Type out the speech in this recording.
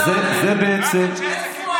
למה להאשים אותם,